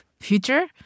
future